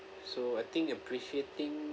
so I think appreciating